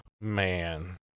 man